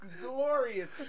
glorious